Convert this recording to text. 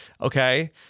Okay